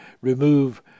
remove